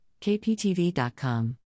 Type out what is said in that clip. kptv.com